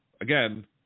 again